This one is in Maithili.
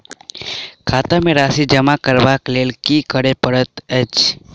खाता मे राशि जमा करबाक लेल की करै पड़तै अछि?